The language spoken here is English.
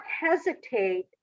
hesitate